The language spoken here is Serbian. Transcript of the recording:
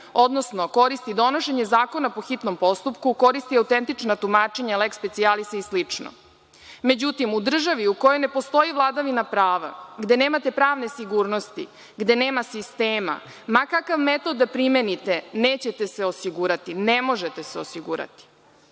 odnosno koristi donošenje zakona po hitnom postupku, koristi autentična tumačenja leks specijalisa i slično. Međutim, u državi u kojoj ne postoji vladavina prava, gde nemate pravne sigurnosti, gde nema sistema, ma kakav metod da primenite, nećete se osigurate, ne možete se osigurati. Da